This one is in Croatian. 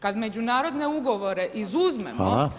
Kada međunarodne ugovore izuzmemo